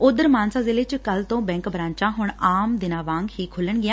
ਉਧਰ ਮਾਨਸਾ ਜਿਲ੍ਹੇ 'ਚ ਕੱਲ੍ਹ ਤੋਂ ਬੈਂਕ ਬਰਾਂਚਾਂ ਹੁਣ ਆਮ ਦਿਨਾਂ ਵਾਂਗ ਹੀ ਖੁੱਲ੍ਹਣਗੀਆਂ